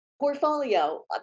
portfolio